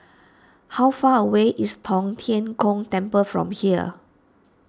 how far away is Tong Tien Kung Temple from here